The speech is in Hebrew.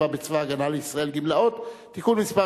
בצבא-הגנה לישראל (גמלאות) (תיקון מס'